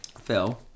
Phil